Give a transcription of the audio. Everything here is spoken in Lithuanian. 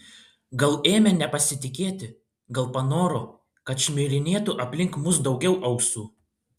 gal ėmė nepasitikėti gal panoro kad šmirinėtų aplink mus daugiau ausų